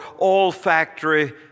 olfactory